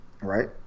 Right